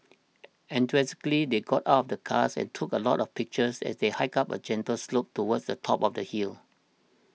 enthusiastically they got out of the car and took a lot of pictures as they hiked up a gentle slope towards the top of the hill